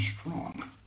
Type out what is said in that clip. strong